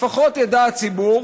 לפחות ידע הציבור